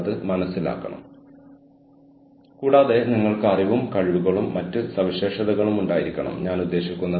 അതിനാൽ ഒരിക്കൽ അറ്റകുറ്റപ്പണി നടത്തുന്നയാൾ നിങ്ങളുടെ വീട്ടിൽ വന്നാൽ അടുത്ത ഒരു വർഷത്തേക്ക് നിങ്ങൾക്ക് അറ്റകുറ്റപ്പണികളുടെ ആവശ്യമുണ്ടാകില്ലെന്ന് ഞങ്ങൾ നിങ്ങൾക്ക് ഉറപ്പ് നൽകുന്നു